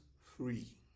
free